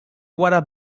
wara